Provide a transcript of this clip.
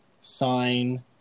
sign